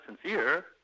sincere